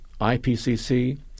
IPCC